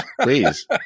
please